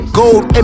gold